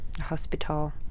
hospital